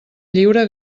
lliure